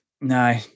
No